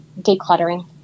decluttering